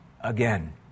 again